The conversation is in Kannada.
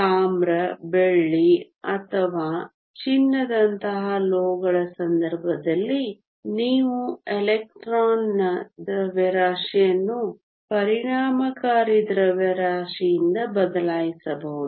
ತಾಮ್ರ ಬೆಳ್ಳಿ ಅಥವಾ ಚಿನ್ನದಂತಹ ಲೋಹಗಳ ಸಂದರ್ಭದಲ್ಲಿ ನೀವು ಎಲೆಕ್ಟ್ರಾನ್ನ ದ್ರವ್ಯರಾಶಿಯನ್ನು ಪರಿಣಾಮಕಾರಿ ದ್ರವ್ಯರಾಶಿಯಿಂದ ಬದಲಾಯಿಸಬಹುದು